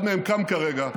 אחד מהם קם כרגע,